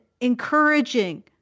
encouraging